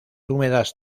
húmedas